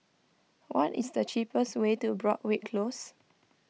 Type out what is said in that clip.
what is the cheapest way to Broadrick Close